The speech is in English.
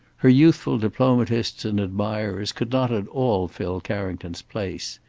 her youthful diplomatists and admirers could not at all fill carrington's place.